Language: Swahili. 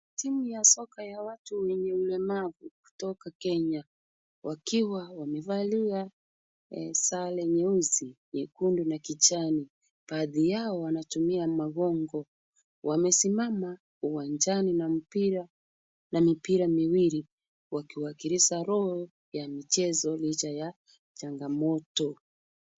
Timu ya soka ya watu wenye ulemavu kutoka kenya wakiwa wamevalia sare nyeusi, nyekundu na kijani baadhi yao wanatumia magongo. Wamesimama uwanjani na mipira miwili wakiwakilisha roho ya michezo licha ya changamoto.